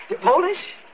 Polish